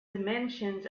dimensions